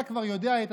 תודה.